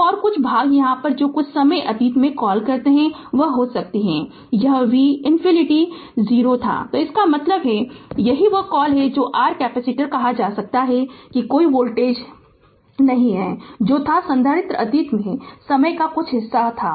तो और कुछ भाग यहाँ जो कुछ समय अतीत में कॉल करते हैं वह हो सकता है कि यह वी इन्फिनिटी 0 था तो इसका मतलब है कि यही वह कॉल है जो r कैपेसिटर कहा जा सकता है कि कोई वोल्टेज नहीं है जो था संधारित्र अतीत में समय का कुछ हिस्सा हो